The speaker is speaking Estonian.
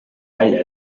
välja